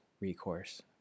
recourse